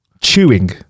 chewing